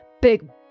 Big